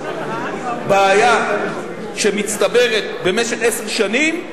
בעיה שמצטברת במשך עשר שנים,